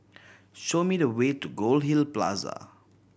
show me the way to Goldhill Plaza